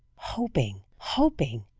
hoping, hoping,